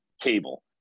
cable